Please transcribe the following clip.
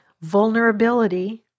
vulnerability